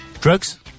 Drugs